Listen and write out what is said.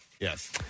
Yes